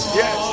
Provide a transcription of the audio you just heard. yes